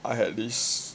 I had this